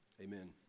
Amen